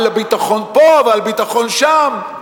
על ביטחון פה ועל ביטחון שם.